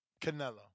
Canelo